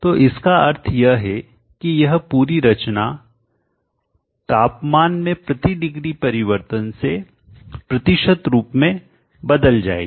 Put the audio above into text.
तो इसका अर्थ यह है कि यह पूरी रचना तापमान में प्रति डिग्री परिवर्तन से प्रतिशत रूप में बदल जाएगी